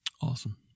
Awesome